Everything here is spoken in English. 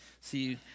See